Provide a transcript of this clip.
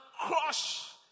crush